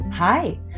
Hi